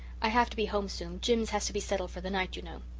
i have to be home soon jims has to be settled for the night, you know.